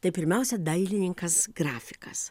tai pirmiausia dailininkas grafikas